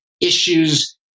issues